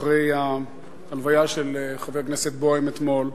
אחרי ההלוויה של חבר הכנסת בוים אתמול,